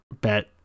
bet